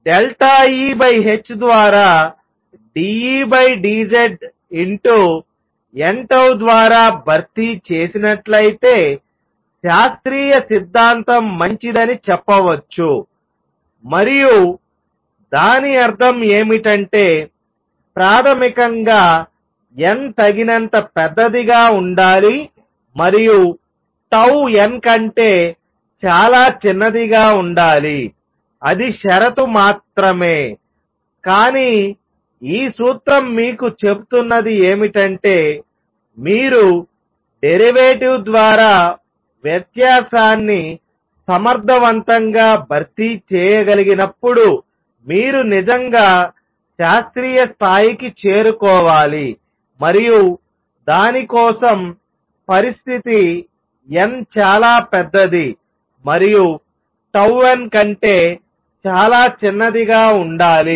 E h ద్వారా dE dJ n 𝜏 ద్వారా భర్తీ చేసినట్లయితే శాస్త్రీయ సిద్ధాంతం మంచిదని చెప్పవచ్చు మరియు దాని అర్థం ఏమిటంటే ప్రాథమికంగా n తగినంత పెద్దదిగా ఉండాలి మరియు 𝜏 n కంటే చాలా చిన్నదిగా ఉండాలి అది షరతు మాత్రమే కానీ ఈ సూత్రం మీకు చెప్తున్నది ఏమిటంటే మీరు డెరివేటివ్ ద్వారా వ్యత్యాసాన్ని సమర్థవంతంగా భర్తీ చేయగలిగినప్పుడు మీరు నిజంగా శాస్త్రీయ స్థాయికి చేరుకోవాలి మరియు దాని కోసం పరిస్థితి n చాలా పెద్దది మరియు 𝜏 n కంటే చాలా చిన్నది గా ఉండాలి